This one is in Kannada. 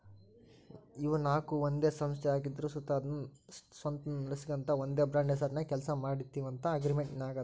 ಇವು ನಾಕು ಒಂದೇ ಸಂಸ್ಥೆ ಆಗಿದ್ರು ಸುತ ಅದುನ್ನ ಸ್ವಂತ ನಡಿಸ್ಗಾಂತ ಒಂದೇ ಬ್ರಾಂಡ್ ಹೆಸರ್ನಾಗ ಕೆಲ್ಸ ಮಾಡ್ತೀವಂತ ಅಗ್ರಿಮೆಂಟಿನಾಗಾದವ